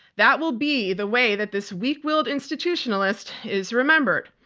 that will be the way that this weak-willed institutionalist is remembered.